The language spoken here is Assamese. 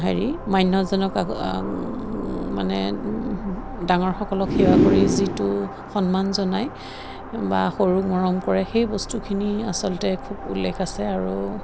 হেৰি মান্যজনক আকৌ মানে ডাঙৰসকলক সেৱা কৰি যিটো সন্মান জনায় বা সৰুক মৰম কৰে সেই বস্তুখিনি আচলতে খুব উল্লেখ আছে আৰু